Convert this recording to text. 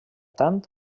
tant